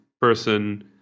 person